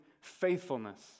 faithfulness